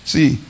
See